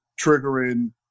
triggering